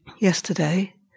yesterday